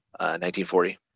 1940